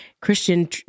christian